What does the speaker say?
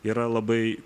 yra labai